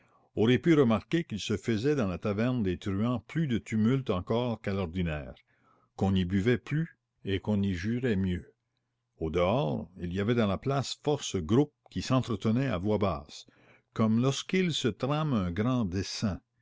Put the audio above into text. auraient pu remarquer qu'il se faisait dans la taverne des truands plus de tumulte encore qu'à l'ordinaire qu'on y buvait plus et qu'on y jurait mieux au dehors il y avait dans la place force groupes qui s'entretenaient à voix basse comme lorsqu'il se trame un grand dessein